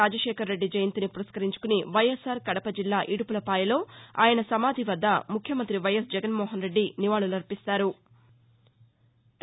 రాజశేఖరరెడ్డి జయంతిని పురస్కరించుకుని వైఎస్ఆర్ కడప జిల్లా ఇడుపులపాయలో ఆయన సమాధి వద్ద ముఖ్యమంతి వైఎస్ జగన్మోహన్రెడ్డి నివాళులర్పిస్తారు